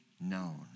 known